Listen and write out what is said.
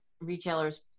retailers